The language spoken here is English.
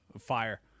fire